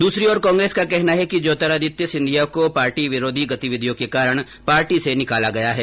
दूसरी ओर कांग्रेस का कहना है कि ज्योतिरादित्य सिंधिया को पार्टी विरोधी गतिविधियों के कारण पार्टी से निकाला गया है